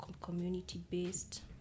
community-based